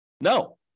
No